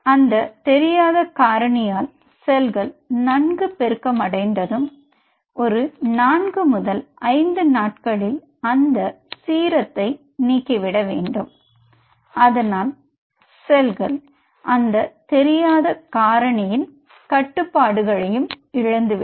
அந்த தெரியாத காரணியால் செல்கள் நன்கு பெருக்கமடைந்ததும் ஒரு 4 முதல் 5 நாட்களில் அந்த சீரத்தை நீக்கிவிட வேண்டும் அதனால் செல்கள் அந்த தெரியாத காரணியின் கட்டுப்பாடுகளையும் இழந்து விடும்